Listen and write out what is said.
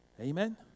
Amen